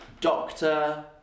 doctor